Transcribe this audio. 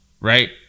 right